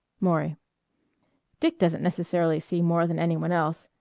maury dick doesn't necessarily see more than any one else.